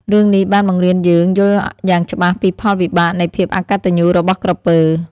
រឿង នេះបានបង្រៀនយើងយល់យ៉ាងច្បាស់ពីផលវិបាកនៃភាពអកតញ្ញូរបស់ក្រពើ។